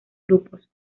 grupos